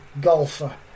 golfer